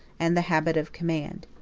and the habit of command.